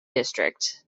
district